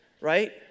Right